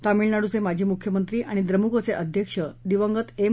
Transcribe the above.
तामीळनाडूचे माजी मुख्यमंत्री आणि द्रमुकचे अध्यक्ष दिवंगत एम